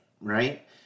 right